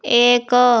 ଏକ